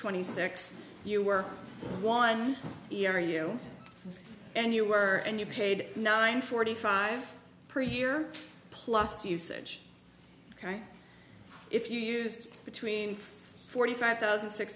twenty six you work one year you and you were and you paid nine forty five per year plus usage ok if you used between forty five thousand six